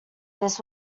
this